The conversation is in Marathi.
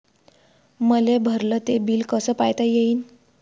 मले भरल ते बिल कस पायता येईन?